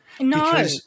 No